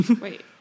Wait